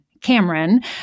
Cameron